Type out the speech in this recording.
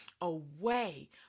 away